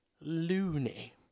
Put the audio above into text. loony